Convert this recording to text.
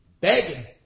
begging